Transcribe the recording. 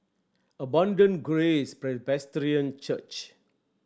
Abundant Grace Presbyterian Church